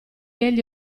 egli